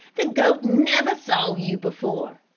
the goat never saw you before.